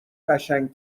قشنگ